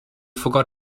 forgot